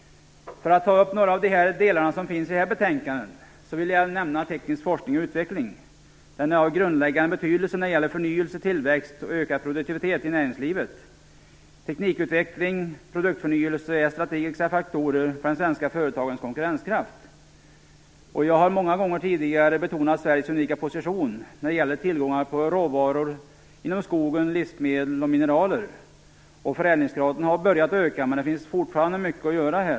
För att ta upp några av de delar som finns i detta betänkande vill jag nämna teknisk forskning och utveckling. De är av grundläggande betydelse när det gäller förnyelse, tillväxt och ökad produktivitet i näringslivet. Teknikutveckling och produktförnyelse är strategiska faktorer för de svenska företagens konkurrenskraft. Jag har många gånger tidigare betonat Sveriges unika position när det gäller tillgångar på råvaror inom skog, livsmedel och mineraler. Förädlingsgraden har börjat att öka, men det finns fortfarande mycket att göra.